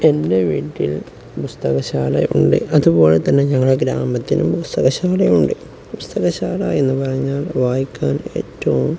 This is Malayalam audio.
എൻ്റെ വീട്ടിൽ പുസ്തകശാല ഉണ്ട് അതുപോലെ തന്നെ ഞങ്ങളുടെ ഗ്രാമത്തിനും പുസ്തകശാലയുണ്ട് പുസ്തകശാല എന്നു പറഞ്ഞാൽ വായിക്കാൻ ഏറ്റവും